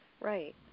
right